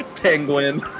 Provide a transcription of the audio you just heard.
penguin